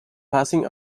passing